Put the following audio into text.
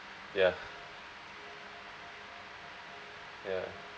ya ya